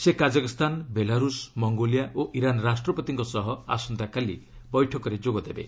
ସେ Kazakhstan Belarus Mongolia ଓ Iran ରାଷ୍ଟ୍ରପତିଙ୍କ ସହ ଆସନ୍ତାକାଲି ବୈଠକରେ ଯୋଗ ଦେବେ